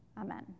Amen